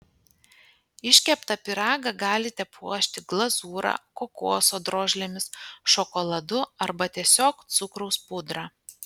iškeptą pyragą galite puošti glazūra kokoso drožlėmis šokoladu arba tiesiog cukraus pudra